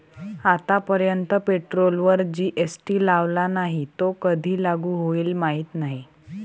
आतापर्यंत पेट्रोलवर जी.एस.टी लावला नाही, तो कधी लागू होईल माहीत नाही